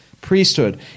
priesthood